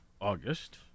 August